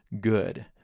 good